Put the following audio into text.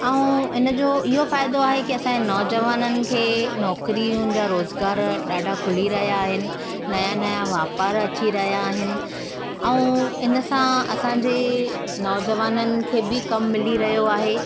ऐं हिनजो इहो फ़ाइदो आहे की असांजे नौजवाननि खे नौकरियूं जा रोज़गार ॾाढा खुली रहिया आहिनि नया नया वापारु अची रहिया आहिनि ऐं हिनसां असांजे नौजवाननि खे कमु मिली रहियो आहे